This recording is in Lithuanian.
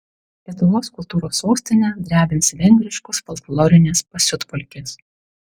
lietuvos kultūros sostinę drebins vengriškos folklorinės pasiutpolkės